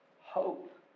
hope